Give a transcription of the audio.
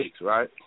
right